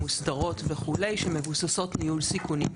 מוסדרות וכו' שמבוססות ניהול סיכונים.